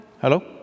Hello